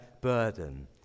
burden